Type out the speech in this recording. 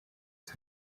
izo